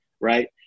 Right